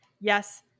Yes